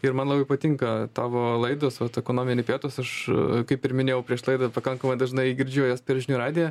ir man labai patinka tavo laidos vat ekonominiai pietūs aš kaip ir minėjau prieš laidą pakankamai dažnai girdžiu jas per žinių radiją